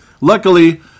Luckily